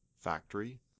factory